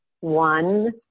one